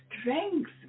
strength